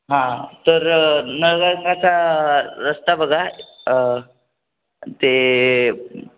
हां तर नळगंगाचा रस्ता बघा ते